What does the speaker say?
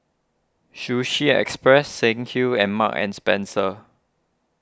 Sushi Express Saint Ives and Marks and Spencer